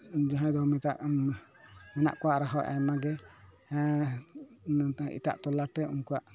ᱡᱟᱦᱟᱸᱭ ᱫᱚ ᱢᱮᱛᱟᱜ ᱢᱮᱱᱟᱜ ᱠᱚᱣᱟ ᱟᱨᱦᱚᱸ ᱟᱭᱢᱟ ᱜᱮ ᱦᱮᱸ ᱮᱴᱟᱜ ᱛᱚᱞᱞᱟᱴ ᱨᱮ ᱩᱱᱠᱩᱣᱟᱜ